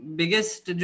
biggest